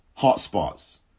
hotspots